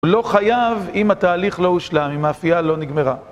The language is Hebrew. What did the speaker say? הוא לא חייב אם התהליך לא הושלם, אם האפייה לא נגמרה.